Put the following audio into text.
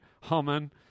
humming